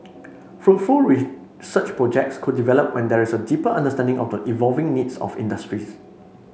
fruitful research projects could develop when there is a deeper understanding of the evolving needs of industries